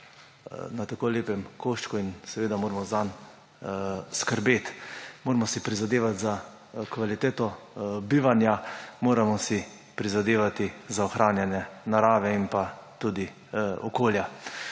na tako lepem koščku in seveda moramo zanj skrbeti. Moramo si prizadevati za kvaliteto bivanja, moramo si prizadevati za ohranjanje narave in tudi okolja.